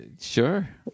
sure